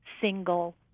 single